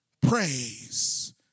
praise